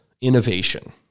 innovation